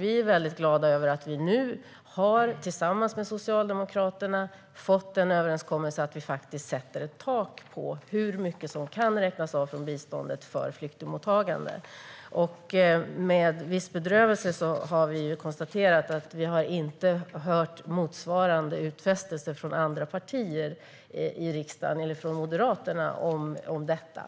Vi är mycket glada över att vi tillsammans med Socialdemokraterna har fått en överenskommelse om att sätta ett tak för hur mycket som kan räknas av från biståndet för flyktingmottagande. Med viss bedrövelse har vi konstaterat att vi inte har hört motsvarande utfästelse från Moderaterna eller från andra partier i riksdagen om detta.